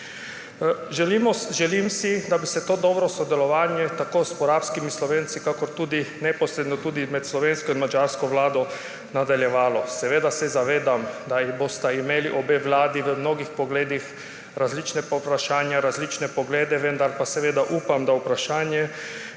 Želim si, da bi se to dobro sodelovanje tako s porabskimi Slovenci kakor tudi neposredno med slovensko in madžarsko vlado nadaljevalo. Seveda se zavedam, da bosta imeli obe vladi v mnogih pogledih različna vprašanja, različne poglede, vendar upam, da bo vprašanje